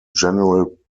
general